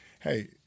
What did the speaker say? hey